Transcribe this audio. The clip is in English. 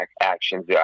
actions